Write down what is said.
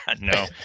No